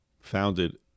founded